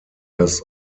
das